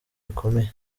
bikomeye